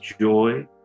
joy